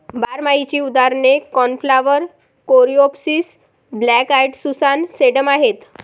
बारमाहीची उदाहरणे cornflower, coreopsis, black eyed Susan, sedum आहेत